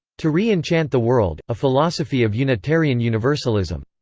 to re-enchant the world a philosophy of unitarian universalism.